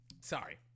Sorry